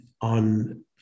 on